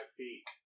feet